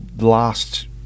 last